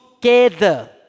together